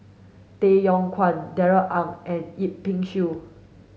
Tay Yong Kwang Darrell Ang and Yip Pin Xiu